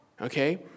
Okay